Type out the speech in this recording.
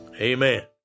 amen